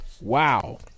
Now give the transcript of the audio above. Wow